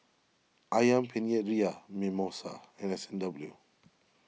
Ayam Penyet Ria Mimosa and S and W